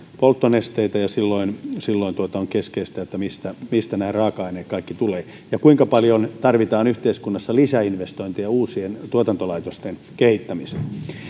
polttonesteitä ja silloin silloin on keskeistä mistä mistä nämä kaikki raaka aineet tulevat ja kuinka paljon tarvitaan yhteiskunnassa lisäinvestointeja uusien tuotantolaitosten kehittämiseen